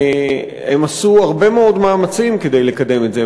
והם עשו הרבה מאוד מאמצים כדי לקדם את זה.